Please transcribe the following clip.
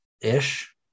Ish